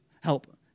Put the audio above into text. help